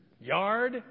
yard